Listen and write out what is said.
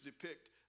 depict